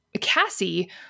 cassie